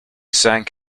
sank